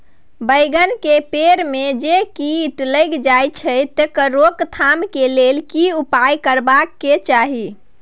बैंगन के पेड़ म जे कीट लग जाय छै तकर रोक थाम के लेल की उपाय करबा के चाही?